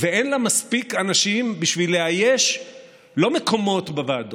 מחוץ למשכן